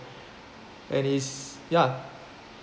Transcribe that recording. and is ya